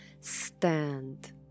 stand